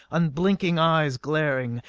unblinking eyes glaring,